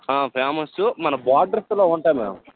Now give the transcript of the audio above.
ఆ ఫేమస్సు మన బార్డర్స్లో ఉంటాయి మ్యామ్